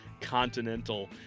continental